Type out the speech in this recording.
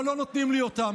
אבל לא נותנים לי אותם.